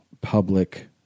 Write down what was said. public